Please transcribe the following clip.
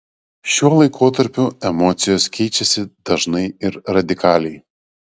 šiuo laikotarpiu emocijos keičiasi dažnai ir radikaliai